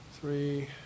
three